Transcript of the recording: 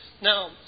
Now